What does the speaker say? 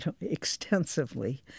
extensively